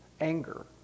anger